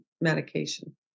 medication